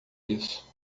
isso